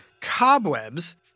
cobwebs